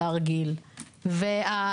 שנית הנושא של היזמות.